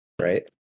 right